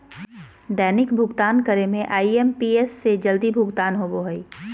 दैनिक भुक्तान करे में आई.एम.पी.एस से जल्दी भुगतान होबो हइ